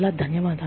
చాలా ధన్యవాదాలు